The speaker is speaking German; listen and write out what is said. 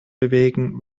bewegen